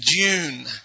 June